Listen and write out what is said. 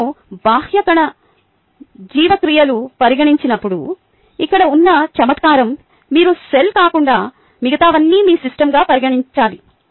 మేము బాహ్య కణ జీవక్రియలు పరిగణించినప్పుడు ఇక్కడ ఉన్న చమత్కారము మీరు సెల్ కాకుండా మిగతావన్నీ మీ సిస్టమ్గా పరిగణించాలి